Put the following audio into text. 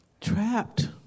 trapped